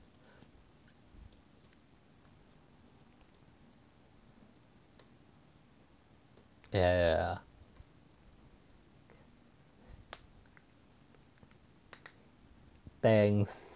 ya ya thanks eh but